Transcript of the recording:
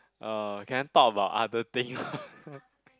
uh can I talk about other thing